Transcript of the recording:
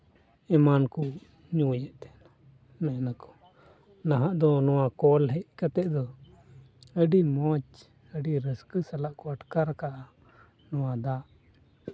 ᱮᱢᱟᱱ ᱠᱚ ᱧᱩᱭᱮᱜ ᱛᱟᱦᱮᱱ ᱢᱮᱱ ᱟᱠᱚ ᱱᱟᱦᱟᱜ ᱫᱚ ᱠᱚᱞ ᱦᱮᱡ ᱠᱟᱛᱮᱜ ᱫᱚ ᱟᱹᱰᱤ ᱢᱚᱡᱽ ᱟᱹᱰᱤ ᱨᱟᱹᱥᱠᱟᱹ ᱥᱟᱞᱟᱜ ᱠᱚ ᱟᱴᱠᱟᱨ ᱠᱟᱫᱟ ᱱᱚᱣᱟ ᱫᱟᱜ